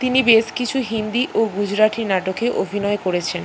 তিনি বেশ কিছু হিন্দি ও গুজরাটি নাটকে অভিনয় করেছেন